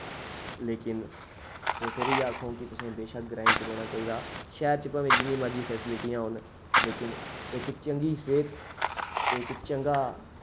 लेकिन में फिर इयै आखोंग कि तुसें बेशक ग्राएं च रौह्ना चाहिदा शैह्र भावें जिन्नी मर्जी फैसिलिटियां होन लेकिन इक चंगी सेहत ते इक चंगा